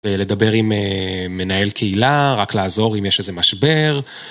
לדבר עם מנהל קהילה, רק לעזור אם יש איזה משבר.